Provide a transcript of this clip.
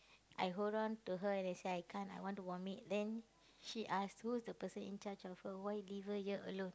I hold on to her then I say I can't I want to vomit then she ask who's the person in charge of her why leave her here alone